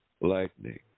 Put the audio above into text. Lightning